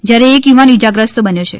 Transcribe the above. જ્યારે એક યુવાન ઇજાગ્રસ્ત બન્યો છે